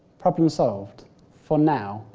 problem solved for now,